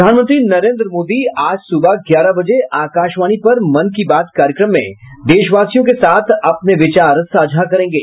प्रधानमंत्री नरेन्द्र मोदी आज सुबह ग्यारह बजे आकाशवाणी पर मन की बात कार्यक्रम में देशवासियों के साथ अपने विचार साझा करेंगे